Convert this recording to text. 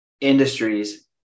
industries